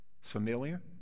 Familiar